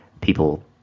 people